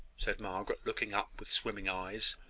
said margaret, looking up with swimming eyes.